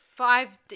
Five